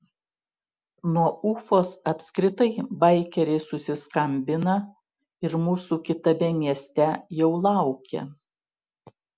nuo ufos apskritai baikeriai susiskambina ir mūsų kitame mieste jau laukia